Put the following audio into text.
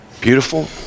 beautiful